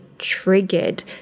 triggered